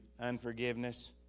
unforgiveness